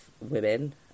women